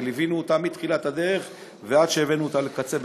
וליווינו אותה מתחילת הדרך ועד שהבאנו אותה לקצה.